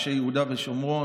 אנשי יהודה ושומרון,